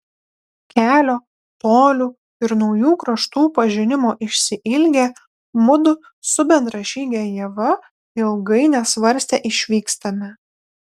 kelio tolių ir naujų kraštų pažinimo išsiilgę mudu su bendražyge ieva ilgai nesvarstę išvykstame